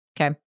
Okay